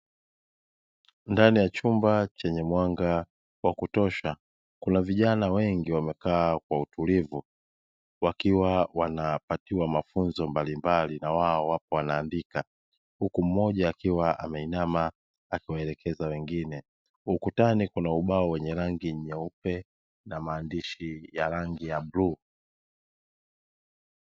Ndani ya chumba chenye mwanga wa kutosha kuna vijana wengi wamekaa kwa utulivu wakiwa wanapatiwa mafunzo mbalimbali na wao wapo wanaandika, huku mmoja akiwa ameinama akiwaelekeza wengine. Ukutani kuna ubao wenye rangi nyeupe na maandishi ya rangi ya bluu.